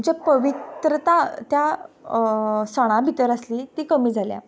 जी पवित्रता त्या सणान भितर आसली ती कमी जाल्या